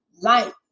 life